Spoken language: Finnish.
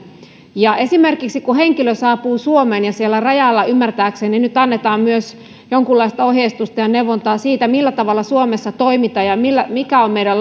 esimerkiksi kun henkilö saapuu suomeen siellä rajalla ymmärtääkseni nyt annetaan myös jonkunlaista ohjeistusta ja neuvontaa siitä millä tavalla suomessa toimitaan ja mikä on meidän